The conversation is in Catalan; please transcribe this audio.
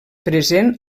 present